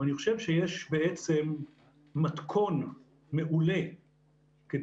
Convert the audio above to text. עשינו שיח גם עם החטיבות לצורך העניין, עם בתי